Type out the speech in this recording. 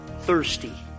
thirsty